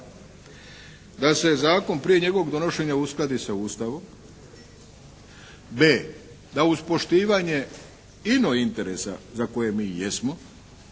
da se zakon prije njegovog donošenja uskladi sa Ustavom. b) da uz poštivanje ino interesa za koje mi jesmo